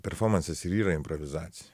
performansas ir yra improvizacija